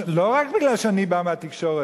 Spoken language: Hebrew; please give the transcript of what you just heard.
לא רק בגלל שאני בא מהתקשורת.